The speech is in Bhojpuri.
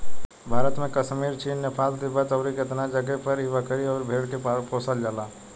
भारत में कश्मीर, चीन, नेपाल, तिब्बत अउरु केतना जगे पर इ बकरी अउर भेड़ के पोसल जाला